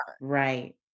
Right